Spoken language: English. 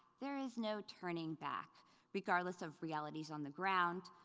there is no turning back regardless of realities on the ground,